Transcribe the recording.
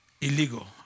Illegal